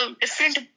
different